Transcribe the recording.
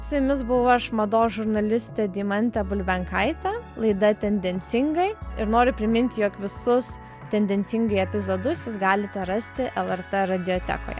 su jumis buvau aš mados žurnalistė deimantė bulbenkaitė laida tendencingai ir noriu priminti jog visus tendencingai epizodus jūs galite rasti lrt radiotekoje